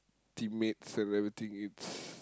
teammates and everything it's